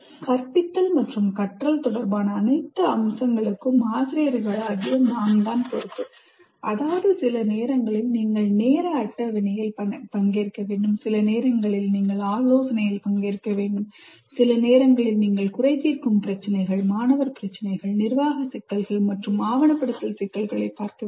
கற்பித்தல் மற்றும் கற்றல் தொடர்பான அனைத்து அம்சங்களுக்கும் ஆசிரியர்களாகிய நாம் தான் பொறுப்பு அதாவது சில நேரங்களில் நீங்கள் நேர அட்டவணையில் பங்கேற்க வேண்டும் சில நேரங்களில் நீங்கள் ஆலோசனையில் பங்கேற்க வேண்டும் சில நேரங்களில் நீங்கள் குறை தீர்க்கும் பிரச்சினைகள் மாணவர் பிரச்சினைகள் நிர்வாக சிக்கல்கள் மற்றும் ஆவணப்படுத்தல் சிக்கல்களைப் பார்க்க வேண்டும்